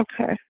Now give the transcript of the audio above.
Okay